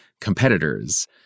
competitors